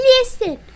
Listen